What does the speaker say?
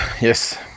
yes